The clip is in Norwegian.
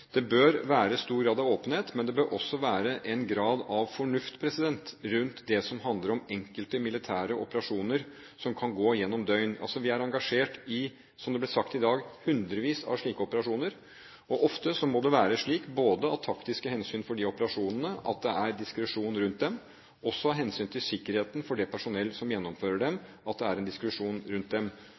Det bør være stor grad av åpenhet, men det bør også være en grad av fornuft rundt det som handler om enkelte militære operasjoner som kan gå gjennom døgn. Vi er engasjert, som det er blitt sagt i dag, i hundrevis av slike operasjoner, og ofte må det både av taktiske hensyn for operasjonene og av hensyn til sikkerheten for det personell som gjennomfører dem, være en diskresjon rundt dem.